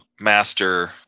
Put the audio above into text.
master